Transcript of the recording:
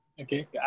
Okay